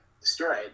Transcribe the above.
destroyed